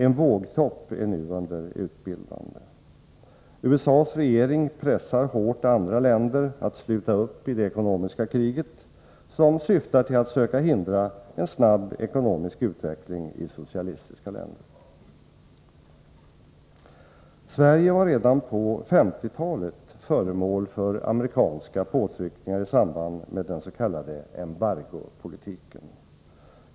En vågtopp är nu under utbildande. USA:s regering pressar hårt andra länder att sluta upp i det ekonomiska kriget, som syftar till att söka hindra en snabb ekonomisk utveckling i socialistiska länder. Sverige var redan på 1950-talet föremål för amerikanska påtryckningar i samband med den s.k. embargopolitiken.